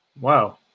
Wow